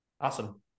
Awesome